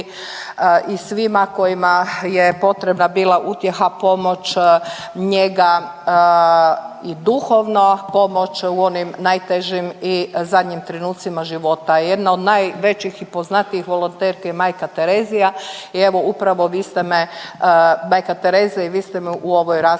i svima kojima je potrebna bila utjeha, pomoć, njega i duhovna pomoć u onim najtežim i zadnjim trenucima života. Jedna od najvećih i poznatijih volonterki je Majka Terezija i evo upravo vi ste me, Majka Tereza i vi ste me u ovoj raspravi